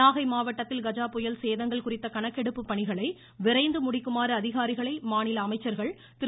நாகை மாவட்டத்தில் கஜா புயல் சேதங்கள் குறித்த கணக்கெடுப்பு பணிகளை விரைந்து முடிக்குமாறு அதிகாரிகளை மாநில அமைச்சர்கள் திரு